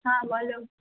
হ্যাঁ বলো